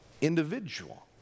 individual